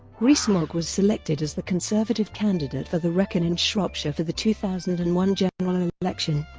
rees-mogg was selected as the conservative candidate for the wrekin in shropshire for the two thousand and one general election,